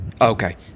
Okay